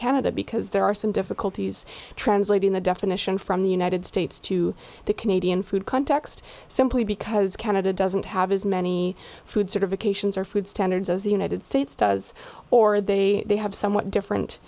canada because there are some difficulties translating the definition from the united states to the canadian food context simply because canada doesn't have as many foods or vacations or food standards as the united states does or they have somewhat different